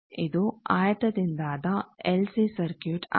ಇದು ಆಯತದಿಂದಾದ L C circuit ಆಗಿದೆ